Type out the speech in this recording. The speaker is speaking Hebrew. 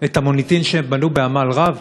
את המוניטין שהם בנו בעמל רב?